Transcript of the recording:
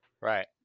Right